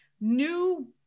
new